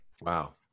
wow